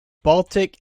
baltic